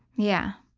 yeah.